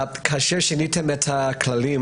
כאשר שיניתם את הכללים